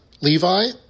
Levi